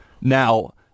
now